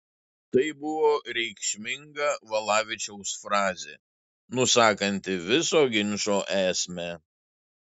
tai buvo reikšminga valavičiaus frazė nusakanti viso ginčo esmę